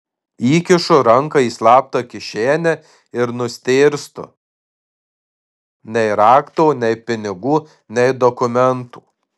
įkišu ranką į slaptą kišenę ir nustėrstu nei rakto nei pinigų nei dokumentų